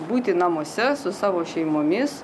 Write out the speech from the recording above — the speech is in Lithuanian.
būti namuose su savo šeimomis